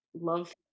love